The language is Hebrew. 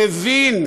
מבין,